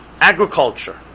agriculture